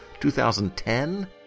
2010